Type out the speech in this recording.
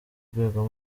rwego